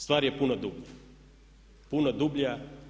Stvar je puno dublja, puno dublja.